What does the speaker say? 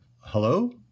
Hello